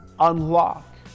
unlock